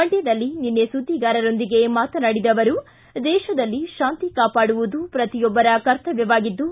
ಮಂಡ್ಕದಲ್ಲಿ ನಿನ್ನೆ ಸುದ್ದಿಗಾರರೊಂದಿಗೆ ಮಾತನಾಡಿದ ಅವರು ದೇಶದಲ್ಲಿ ಶಾಂತಿ ಕಾಪಾಡುವುದು ಪ್ರತಿಯೊಬ್ಬರ ಕರ್ತವ್ಕವಾಗಿದ್ದು